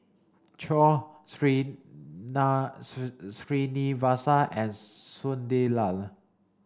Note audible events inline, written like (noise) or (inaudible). Choor (unintelligible) Srinivasa and Sunderlal